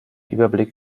überblick